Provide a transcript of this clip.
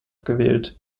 gewählt